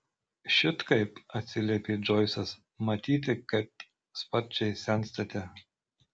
šit kaip atsiliepė džoisas matyti kad sparčiai senstate